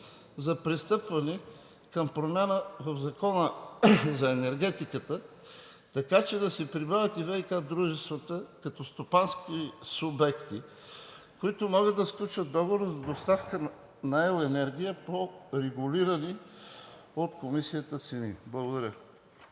за пристъпване към промяна в Закона за енергетиката, така че да се прибавят и ВиК дружествата като стопански субекти, които могат да сключват договор за доставка на ел. енергия по регулирани от Комисията цени? Благодаря.